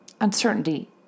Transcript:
uncertainty